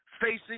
facing